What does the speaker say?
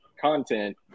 content